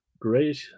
Great